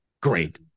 Great